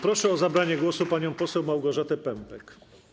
Proszę o zabranie głosu panią poseł Małgorzatę Pępek.